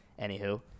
Anywho